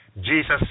Jesus